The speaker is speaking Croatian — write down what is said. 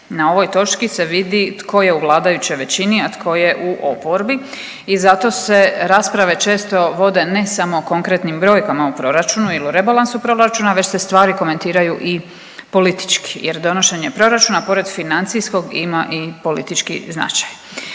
Na ovoj točki se vidi tko je u vladajućoj većini, a tko je u oporbi. I zato se rasprave često vode ne samo o konkretnim brojkama u proračunu ili u rebalansu proračuna, već se stvari komentiraju i politički, jer donošenje proračuna pored financijskog ima i politički značaj.